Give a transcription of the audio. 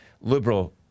liberal